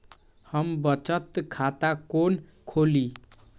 हम बचत खाता कोन खोली?